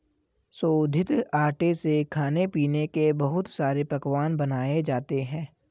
शोधित आटे से खाने पीने के बहुत सारे पकवान बनाये जाते है